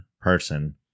person